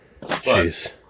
Jeez